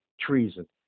treason